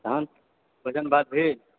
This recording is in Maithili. तहन भोजन भात भेल